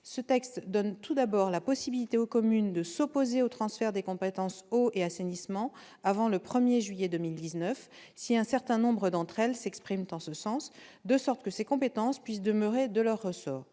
Ce texte donne tout d'abord la possibilité aux communes de s'opposer au transfert des compétences « eau » et « assainissement » avant le 1 juillet 2019, si un certain nombre d'entre elles s'expriment en ce sens, de sorte que ces compétences puissent demeurer de leur ressort.